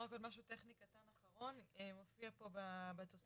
עוד משהו טכני קטן אחרון, מופיע פה בתוספת